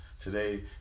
today